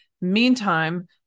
Meantime